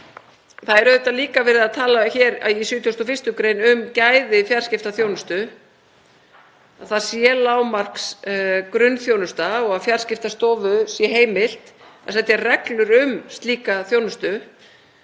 71. gr. er líka verið að tala um gæði fjarskiptaþjónustu, að það sé lágmarksgrunnþjónusta og Fjarskiptastofu sé heimilt að setja reglur um slíka þjónustu.